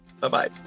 Bye-bye